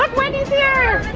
like wendy is here.